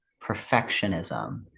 perfectionism